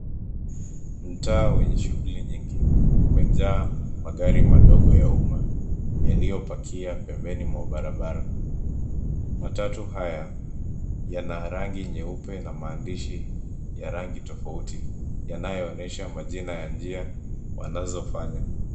Mtaa wenye shughuli nyingi. Umejaa magari madogo ya umma yaliyopakia pembeni mwa barabara. Matatu haya yana rangi nyeupe na maandishi ya rangi tofauti yanayoonyesha majina ya njia yanazofanya.